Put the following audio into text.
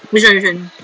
which one which one